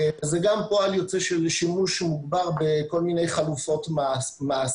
זה גם פועל יוצא של שימוש מוגבר בכל מיני חלופות מאסר